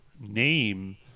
name –